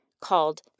called